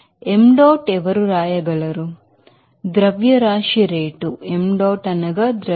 కాబట్టి M dot ఎవరు రాయగలరు